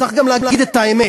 צריך גם להגיד את האמת,